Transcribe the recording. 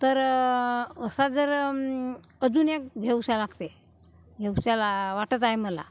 तर असा जर अजून एक घेऊशा लागते घेऊशाला वाटत आहे मला